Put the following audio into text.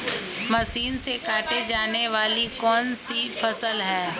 Machine से काटे जाने वाली कौन सी फसल है?